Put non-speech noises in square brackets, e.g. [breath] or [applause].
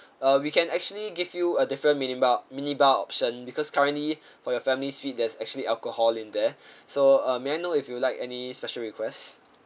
uh we can actually give you a different mini bar mini bar option because currently [breath] for your family suite there's actually alcohol in there [breath] so uh may I know if you would like any special request